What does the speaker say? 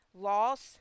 Loss